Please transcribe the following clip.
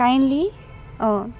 kindly অঁ